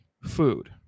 Food